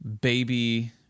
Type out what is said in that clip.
baby